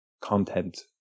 content